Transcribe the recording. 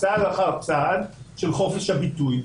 צעד אחר צעד של חופש הביטוי.